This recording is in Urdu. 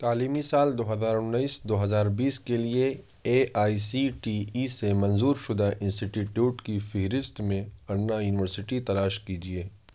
تعلیمی سال دو ہزار انیس دو ہزار بیس کے لیے A I C T E سے منظور شدہ انسٹیٹیوٹ کی فہرست میں انا یونیورسٹی تلاش کیجیے